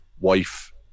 wife